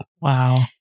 Wow